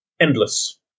endless